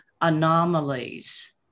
anomalies